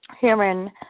hearing